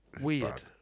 Weird